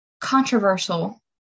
Controversial